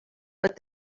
but